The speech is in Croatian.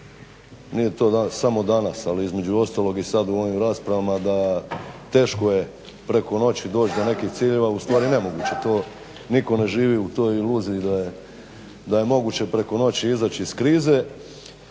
nije to samo danas ali između ostalog i sad u ovim raspravama da teško je preko noći doći do nekih ciljeva, ustvari nemoguće. To nitko ne živi u toj iluziji da je moguće preko noći izaći iz krize,